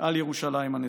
על ירושלים הנצורה.